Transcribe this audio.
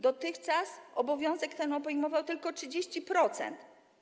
Dotychczas obowiązek ten obejmował tylko 30%.